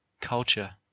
culture